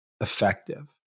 effective